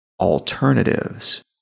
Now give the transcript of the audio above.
alternatives